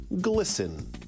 Glisten